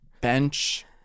bench